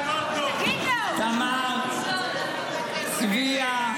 לתמר, לצביה,